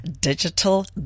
Digital